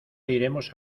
iremos